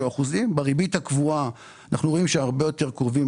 מה אחוז הריבית הממוצע בפיקדונות האלה?